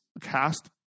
cast